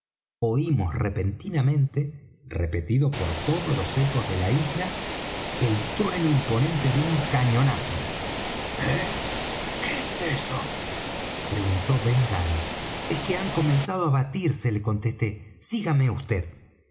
oímos repentinamente repetido por todos los ecos de la isla el trueno imponente de un cañonazo eh qué es eso preguntó ben gunn es que han comenzado á batirse le contesté sígame